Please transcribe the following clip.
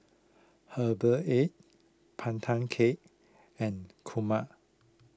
Herbal Egg Pandan Cake and Kurma